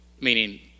meaning